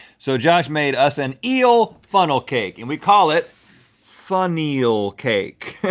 so josh made us an eel funnel cake and we call it funneel cake.